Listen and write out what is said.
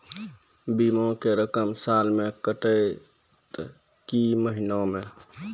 बीमा के रकम साल मे कटत कि महीना मे?